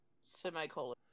Semicolon